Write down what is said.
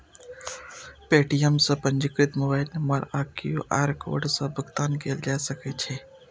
Paytm सं पंजीकृत mobile number आ क्यू.आर कोड सं भुगतान कैल जा सकै छै